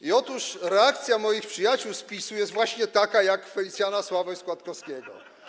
I otóż reakcja moich przyjaciół z PiS-u jest właśnie taka jak Felicjana Sławoja Składkowskiego.